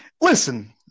listen